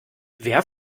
wer